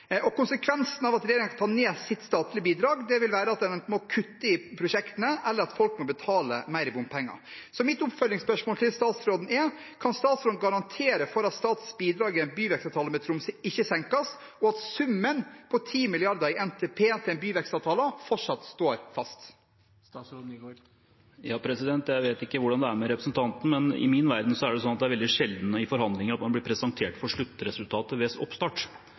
Konsekvensen av at regjeringen tar ned det statlige bidraget, vil være at en enten må kutte i prosjektene, eller at folk må betale mer i bompenger. Så mitt oppfølgingsspørsmål til statsråden er: Kan statsråden garantere for at statens bidrag i en byvekstavtale med Tromsø ikke senkes, og at summen på 10 mrd. kr i NTP til en byvekstavtale fortsatt står fast? Jeg vet ikke hvordan det er med representanten, men i min verden er det veldig sjelden man i forhandlinger blir presentert for sluttresultatet ved oppstart.